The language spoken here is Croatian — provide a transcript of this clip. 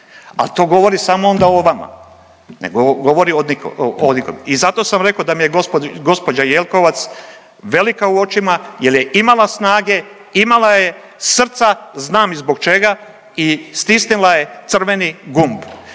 Al to govori samo onda o vama, ne govori o nikom i zato sam rekao da mi je gđa. Jelkovac velika u očima jel je imala snage, imala je srca, znam i zbog čega i stisnila je crveni gumb